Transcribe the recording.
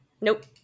Nope